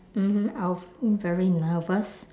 mmhmm I'll feel very nervous